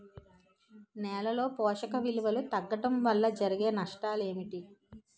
నేలలో పోషక విలువలు తగ్గడం వల్ల జరిగే నష్టాలేంటి?